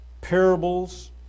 parables